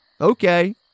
okay